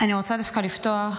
אני רוצה דווקא לפתוח.